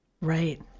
Right